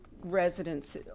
residents